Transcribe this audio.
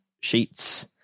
sheets